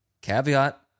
Caveat